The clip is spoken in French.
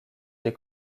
des